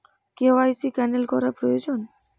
KYC cancel করা প্রয়োজন?